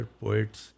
poets